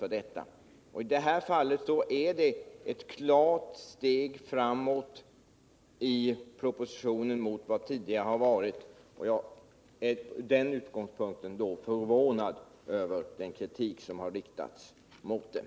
I detta fall innebär propositionens förslag ett klart steg framåt jämfört med tidigare. Och jag är med den utgångspunkten förvånad över den kritik som har riktats mot det.